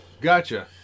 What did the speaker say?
Gotcha